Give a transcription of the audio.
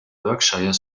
berkshire